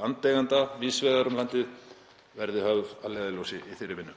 landeigenda víðs vegar um landið verði höfð að leiðarljósi í þeirri vinnu.